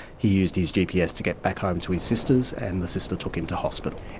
he used his gps to get back home to his sisters and the sister took him to hospital.